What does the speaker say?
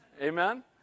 Amen